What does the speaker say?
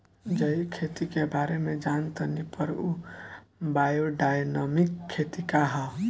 जैविक खेती के बारे जान तानी पर उ बायोडायनमिक खेती का ह?